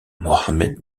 mohamed